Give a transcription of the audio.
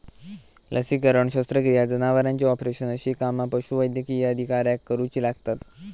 लसीकरण, शस्त्रक्रिया, जनावरांचे ऑपरेशन अशी कामा पशुवैद्यकीय अधिकाऱ्याक करुची लागतत